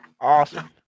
Awesome